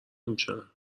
نمیشن